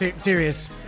Serious